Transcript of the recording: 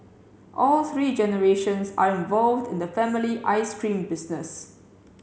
all three generations are involved in the family ice cream business